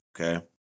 okay